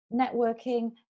networking